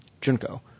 Junko